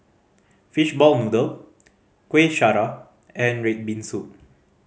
fishball noodle Kueh Syara and red bean soup